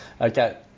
Okay